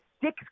six